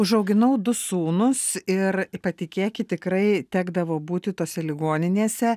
užauginau du sūnus ir patikėkit tikrai tekdavo būti tose ligoninėse